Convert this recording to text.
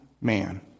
man